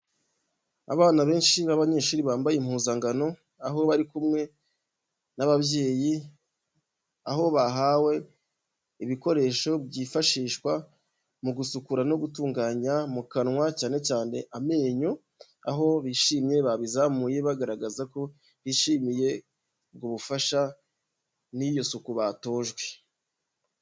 Abana benshi b'abanyeshuri bambaye impuzangano aho bari kumwe n'ababyeyi, aho bahawe ibikoresho byifashishwa mu gusukura no gutunganya mu kanwa, cyane cyane amenyo aho bishimye babizamuye bagaragaza ko bishimiye ubwo bufasha n'iyo suku batojwe.